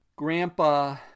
Grandpa